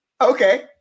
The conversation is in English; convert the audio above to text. Okay